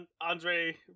Andre